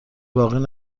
باقی